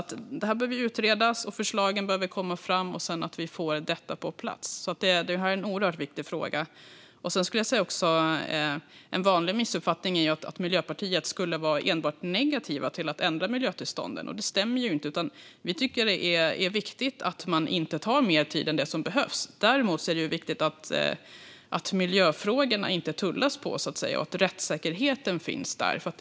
Det här behöver utredas, och förslagen behöver komma fram så att vi får detta på plats. Det är en oerhört viktig fråga. Jag skulle också vilja säga att en vanlig missuppfattning är att vi i Miljöpartiet skulle vara enbart negativa till att ändra miljötillstånden. Det stämmer inte, utan vi tycker att det är viktigt att man inte tar mer tid än vad som behövs. Däremot är det viktigt att miljöfrågorna inte tullas på och att rättssäkerheten finns där.